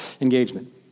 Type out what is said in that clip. engagement